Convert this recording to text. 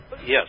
Yes